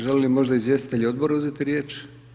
Žele li možda izvjestitelji odbora uzeti riječ?